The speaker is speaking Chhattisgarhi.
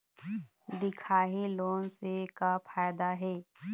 दिखाही लोन से का फायदा हे?